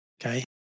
okay